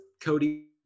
Cody